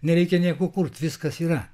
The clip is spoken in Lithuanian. nereikia nieko kurt viskas yra